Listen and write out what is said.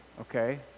okay